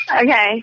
Okay